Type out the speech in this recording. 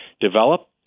develop